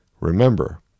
Remember